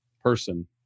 person